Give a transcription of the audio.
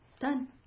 Done